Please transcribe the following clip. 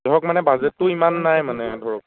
ধৰক মানে বাজেটটো ইমান নাই মানে ধৰক